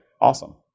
Awesome